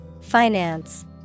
Finance